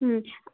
ಹ್ಞೂ